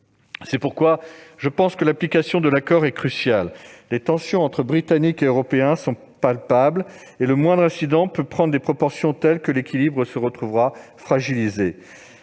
C'est pourquoi l'application de l'accord est à mon sens cruciale. Les tensions entre Britanniques et Européens sont palpables et le moindre incident peut prendre des proportions telles que l'équilibre s'en trouvera fragilisé.